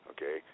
Okay